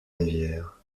rivières